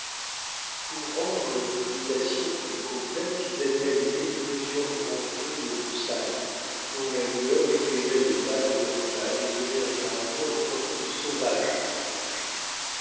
pour rendre l'imitation plus complète ils avaient allumé plusieurs grands feux de broussailles dont la lueur éclairait les pas de duncan et donnait un caractère encore plus sauvage au paysage